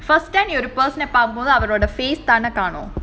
first then you have to personal பாக்கும்போது:paakumpothu face தானே காணும்:thanae kaanum